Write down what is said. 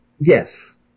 Yes